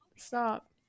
Stop